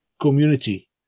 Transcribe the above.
community